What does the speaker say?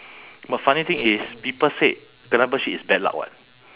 but funny thing is people said kena bird shit is bad luck [what]